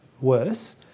worse